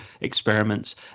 experiments